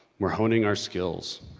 we're honing our skills,